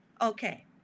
okay